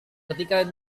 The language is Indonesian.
ketika